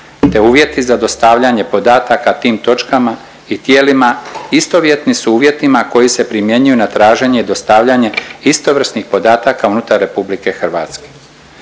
te uvjeti za dostavljanje podataka tim točkama i tijelima istovjetni s uvjetima koji se primjenjuju na traženje i dostavljanje istovrsnih podataka unutar RH.